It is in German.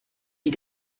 die